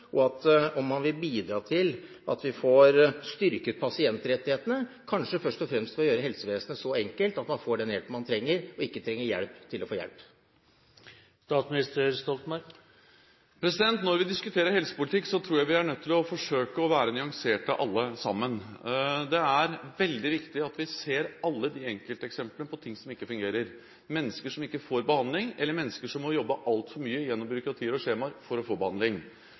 om han vil bidra til at vi får styrket pasientrettighetene – kanskje først og fremst ved å gjøre helsevesenet så enkelt at man får den hjelpen man trenger, og ikke trenger hjelp til å få hjelp. Når vi diskuterer helsepolitikk, tror jeg vi er nødt til å forsøke å være nyanserte alle sammen. Det er veldig viktig at vi ser alle de enkelteksemplene på ting som ikke fungerer – mennesker som ikke får behandling, eller mennesker som må jobbe altfor mye gjennom byråkratier og skjemaer, for å få behandling.